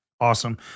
Awesome